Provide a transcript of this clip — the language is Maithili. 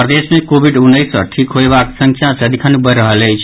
प्रदेश मे कोविड उन्नैस सँ ठीक होयबाक संख्या सदिखन बढ़ि रहल अछि